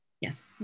Yes